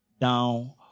down